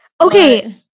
Okay